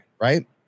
right